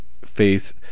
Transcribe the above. faith